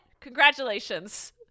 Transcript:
Congratulations